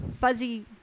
fuzzy